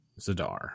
Zadar